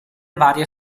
varie